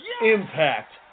Impact